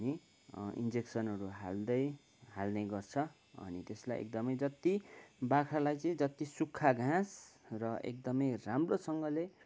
अनि इन्जेक्सनहरू हाल्दै हाल्ने गर्छ अनि त्यसलाई एकदमै जति बाख्रालाई चाहिँ जति सुक्खा घाँस र एकदमै राम्रोसँगले